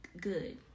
good